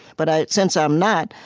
but ah since i'm not,